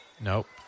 Nope